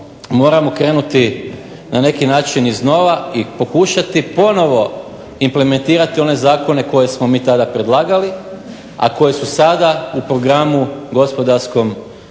moramo krenuti na neki način iznova i pokušati ponovno implementirati one zakone koje smo mi tada predlagali, a koji su sada u programu gospodarskom kukuriku